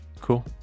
Cool